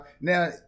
Now